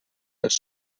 els